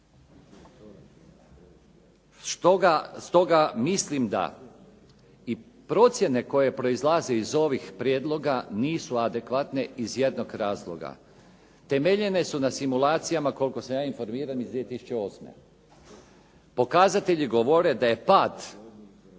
Stoga mislim da i procjene koje proizlaze iz ovih prijedloga nisu adekvatne iz jednog razloga. Temeljene su na simulacijama koliko sam ja informiran iz 2008. Pokazatelji govore da je pad